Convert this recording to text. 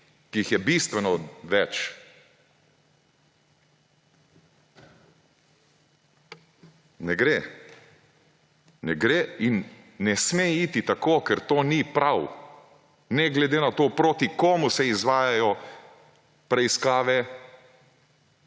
ki jih je bistveno več. Ne gre! Ne gre in ne sme iti tako, ker to ni prav, ne glede na to, proti komu se izvajajo preiskave.